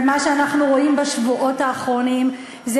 ומה שאנחנו רואים בשבועות האחרונים זה